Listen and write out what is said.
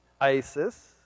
Isis